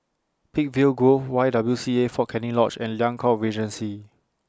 Peakville Grove Y W C A Fort Canning Lodge and Liang Court Regency